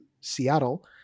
Seattle